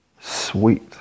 sweet